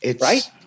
Right